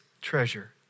treasure